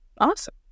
Awesome